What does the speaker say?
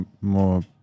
more